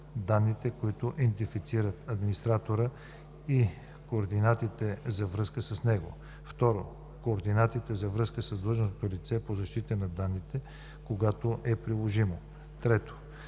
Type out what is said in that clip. данните, които идентифицират администратора, и координатите за връзка с него; 2. координатите за връзка с длъжностното лице по защита на данните, когато е приложимо; 3.